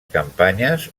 campanyes